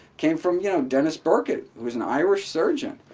came from, you know, denis burkitt, who was an irish surgeon.